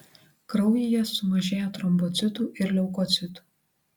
kraujyje sumažėja trombocitų ir leukocitų